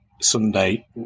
Sunday